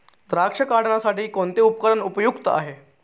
द्राक्ष काढणीसाठी कोणते उपकरण उपयुक्त आहे?